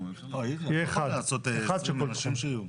יהיה אחד, אחד של כל תחום.